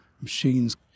machines